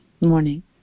morning